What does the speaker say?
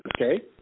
Okay